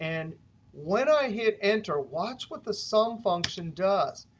and when i hit enter, watch what the sum function does.